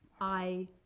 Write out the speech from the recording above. I-